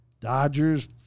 Dodgers